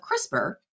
CRISPR